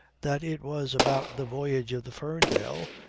that it was about the voyage of the ferndale,